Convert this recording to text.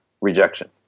rejection